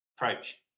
approach